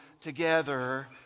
together